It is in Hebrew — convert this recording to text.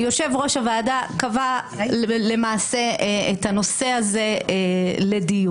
יושב-ראש הוועדה קבע למעשה את הנושא הזה לדיון.